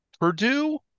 Purdue